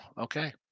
okay